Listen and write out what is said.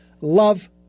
love